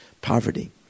Poverty